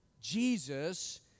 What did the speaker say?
Jesus